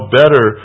better